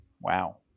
wow